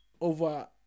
over